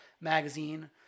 Magazine